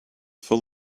full